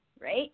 right